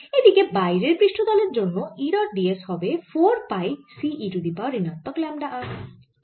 এদিকে বাইরের পৃষ্ঠতলের জন্য E ডট d s হবে 4 pi C e to the power ঋণাত্মক ল্যামডা r